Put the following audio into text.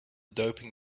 doping